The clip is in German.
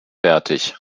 fertig